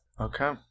Okay